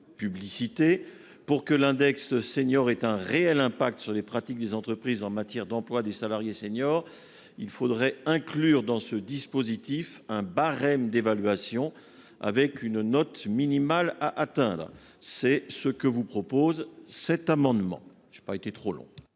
pour que l'index senior est un réel impact sur les pratiques des entreprises en matière d'emploi des salariés seniors. Il faudrait inclure dans ce dispositif un barème d'évaluation avec une note minimale à atteindre. C'est ce que vous propose cet amendement.